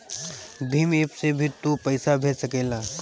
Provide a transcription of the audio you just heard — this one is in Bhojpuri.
भीम एप्प से भी तू पईसा भेज सकेला